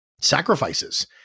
sacrifices